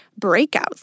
breakouts